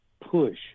push